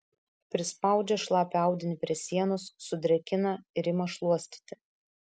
prispaudžia šlapią audinį prie sienos sudrėkina ir ima šluostyti